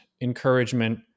encouragement